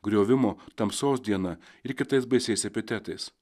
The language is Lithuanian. griovimo tamsos diena ir kitais baisiais epitetais